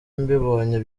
mbibonye